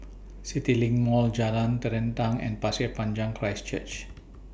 CityLink Mall Jalan Terentang and Pasir Panjang Christ Church